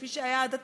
כפי שהיה עד עתה,